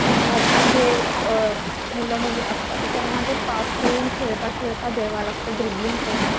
संघातील जे मुलं मुली असतात तर त्यांना ते पास करून खेळता खेळता द्यावा लागतं ड्रिब्लिंग करून